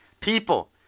people